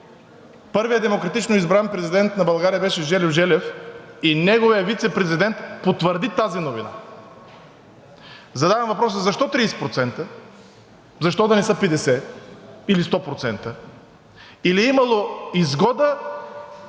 Първият демократично избран президент на България беше Желю Желев и неговият вицепрезидент потвърди тази новина. Задавам въпроса: защо 30%, защо да не са 50% или 100%? Или е имало изгода,